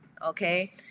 Okay